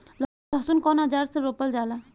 लहसुन कउन औजार से रोपल जाला?